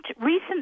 recent